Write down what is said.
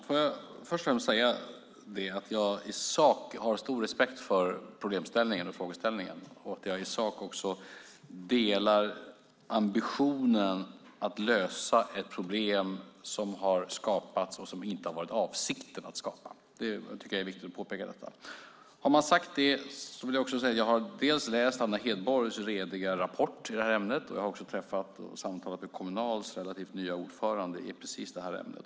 Fru talman! Först och främst vill jag säga att jag i sak har stor respekt för problemställningen och frågeställningen och att jag i sak också delar ambitionen att lösa ett problem som har skapats och som det inte har varit avsikten att skapa. Det är viktigt att påpeka detta. Jag vill också säga att jag har läst Anna Hedborgs rediga rapport i det här ämnet, och jag har också träffat och samtalat med Kommunals relativt nya ordförande i precis det här ämnet.